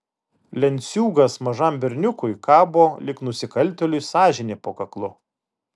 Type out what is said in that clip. lenciūgas mažam berniukui kabo lyg nusikaltėliui sąžinė po kaklu